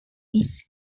its